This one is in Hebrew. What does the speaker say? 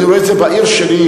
אני רואה את זה בעיר שלי.